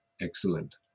excellent